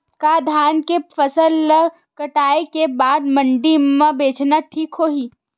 का धान के फसल ल कटाई के बाद मंडी म बेचना ठीक होही?